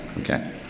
okay